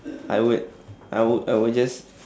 I would I would I would just